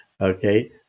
Okay